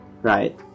right